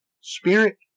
spirit